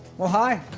well, hi.